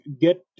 get